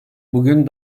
bugün